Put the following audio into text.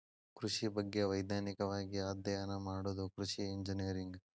ಕೃಷಿ ಬಗ್ಗೆ ವೈಜ್ಞಾನಿಕವಾಗಿ ಅಧ್ಯಯನ ಮಾಡುದ ಕೃಷಿ ಇಂಜಿನಿಯರಿಂಗ್